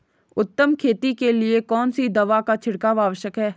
उत्तम खेती के लिए कौन सी दवा का छिड़काव आवश्यक है?